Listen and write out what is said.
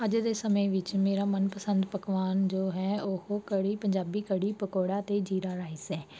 ਅੱਜ ਦੇ ਸਮੇਂ ਵਿੱਚ ਮੇਰਾ ਮਨਪਸੰਦ ਪਕਵਾਨ ਜੋ ਹੈ ਉਹ ਕੜੀ ਪੰਜਾਬੀ ਕੜੀ ਪਕੌੜਾ ਅਤੇ ਜੀਰਾ ਰਾਈਸ ਹੈ